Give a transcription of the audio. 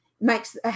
makes